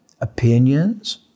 opinions